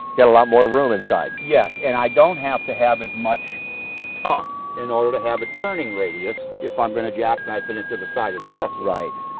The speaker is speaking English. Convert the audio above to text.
get a lot more room inside yes! and i don't have to have as much tongue in order to have a turning radius. if i'm gonna jackknife it into the side of the bus. right.